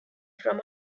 from